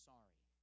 sorry